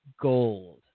gold